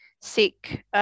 seek